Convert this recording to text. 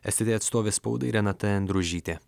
es te te atstovė spaudai renata endružytė